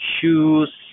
shoes